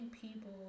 people